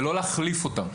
ולא להחליף אותם.